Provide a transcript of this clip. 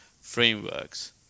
frameworks